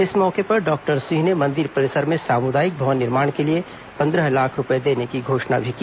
इस मौके पर डॉक्टर सिंह ने मंदिर परिसर में सामुदायिक भवन निर्माण के लिए पंद्रह लाख रूपए देने की घोषणा भी की